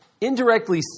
indirectly